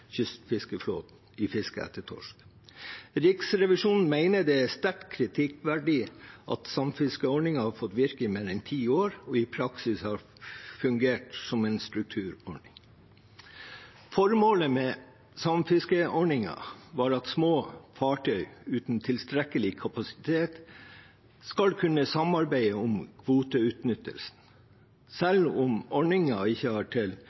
i fisket etter torsk. Riksrevisjonen mener det er sterkt kritikkverdig at samfiskeordningen har fått virke i mer enn ti år, og i praksis har fungert som en strukturordning. Formålet med samfiskeordningen var at små fartøy uten tilstrekkelig kapasitet skulle kunne samarbeide om kvoteutnyttelsen. Selv om ordningen ikke har til